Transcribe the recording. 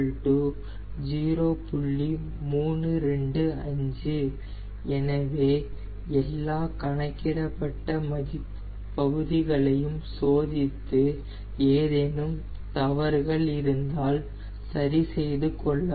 325 எனவே எல்லா கணக்கிடப்பட்ட பகுதிகளையும் சோதித்து ஏதேனும் தவறுகள் இருந்தால் சரி செய்து கொள்ளவும்